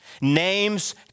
names